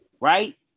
right